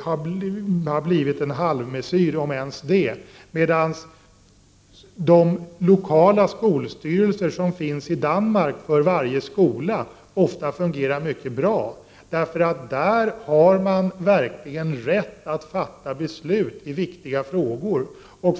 har blivit en halvmesyr, om ens det, medan de lokala skolstyrelser som finns för varje skola i Danmark ofta fungerar mycket bra. Där har man verkligen rätt att fatta beslut i viktiga frågor.